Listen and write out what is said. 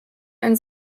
ein